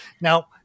Now